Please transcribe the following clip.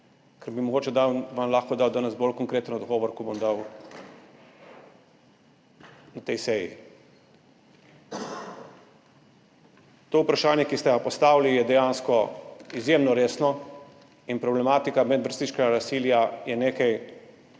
ker bi vam mogoče lahko danes dal bolj konkreten odgovor, kot ga bom dal na tej seji. To vprašanje, ki ste ga postavili, je dejansko izjemno resno. Problematika medvrstniškega nasilja je nekaj,